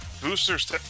boosters